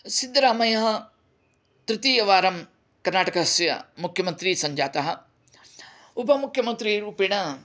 सिद्धरामैय्याः तृतीयवारं कर्णाटकस्य मुख्यमन्त्री सञ्जातः उपमुख्यमन्त्री रूपेण